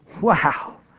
wow